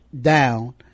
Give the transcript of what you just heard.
Down